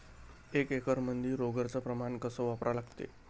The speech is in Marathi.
एक एकरमंदी रोगर च प्रमान कस वापरा लागते?